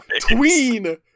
Tween